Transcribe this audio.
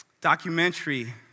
documentary